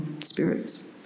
spirits